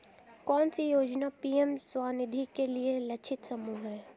कौन सी योजना पी.एम स्वानिधि के लिए लक्षित समूह है?